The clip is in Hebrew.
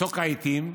בצוק העיתים,